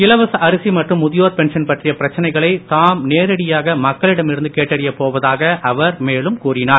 இலவச அரிசி மற்றும் முதியோர் பென்ஷன் பற்றிய பிரச்சனைகளை தாம் நேரடியாக மக்களிடம் இருந்து கேட்டறியப் போவதாக அவர் மேலும் கூறினார்